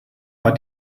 war